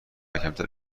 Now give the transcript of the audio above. کمتر